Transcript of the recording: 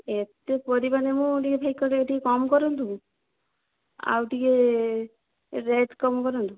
ଏତେ ପରିବା ନେବୁ ଟିକିଏ ଭାଇ ଟିକିଏ କମ୍ କରନ୍ତୁ ଆଉ ଟିକିଏ ରେଟ୍ କମ୍ କରନ୍ତୁ